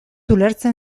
ulertzen